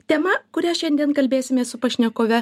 tema kuria šiandien kalbėsimės su pašnekove